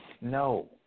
No